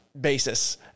basis